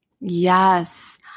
Yes